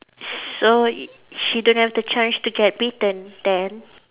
so i~ she don't have the chance to get bitten then